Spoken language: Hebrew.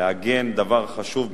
לעגן דבר חשוב מכול: